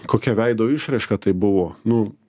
kokia veido išraiška tai buvo nu